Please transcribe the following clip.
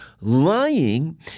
lying